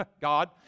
God